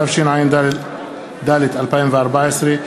התשע"ד 2014,